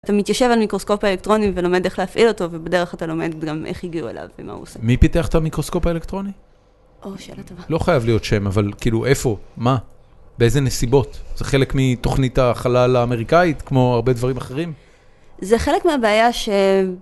אתה מתיישב על המיקרוסקופ האלקטרוני ולומד איך להפעיל אותו, ובדרך אתה לומד גם איך הגיעו אליו ומה הוא עושה. - מי פיתח את המיקרוסקופ האלקטרוני? או, שאלה טובה. לא חייב להיות שם, אבל כאילו, איפה? מה? באיזה נסיבות? זה חלק מתוכנית החלל האמריקאית, כמו הרבה דברים אחרים? - זה חלק מהבעיה ש...